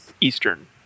Eastern